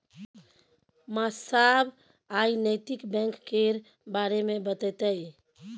मास्साब आइ नैतिक बैंक केर बारे मे बतेतै